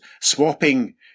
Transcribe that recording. swapping